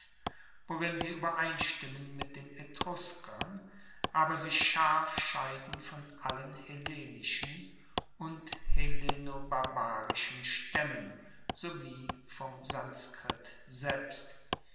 worin sie uebereinstimmen mit den etruskern aber sich scharf scheiden von allen hellenischen und hellenobarbarischen staemmen sowie vom sanskrit selbst